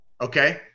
Okay